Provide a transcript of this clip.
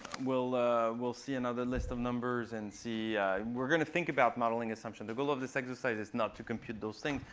we'll we'll see another list of numbers and see we're going to think about modeling assumptions. the goal of this exercise is not to compute those things,